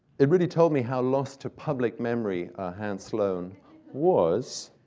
it really told me how lost to public memory hans sloane was.